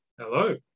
Hello